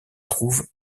trouve